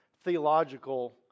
theological